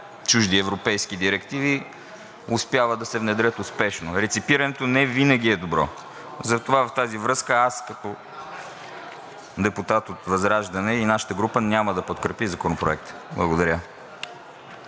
чужди европейски директиви успява да се внедрят успешно. Реципирането невинаги е добро. Затова в тази връзка аз като депутат от ВЪЗРАЖДАНЕ и нашата група няма да подкрепим Законопроекта. Благодаря.